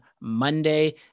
Monday